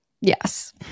Yes